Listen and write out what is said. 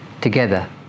together